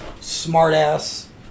smart-ass